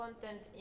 Content